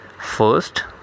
first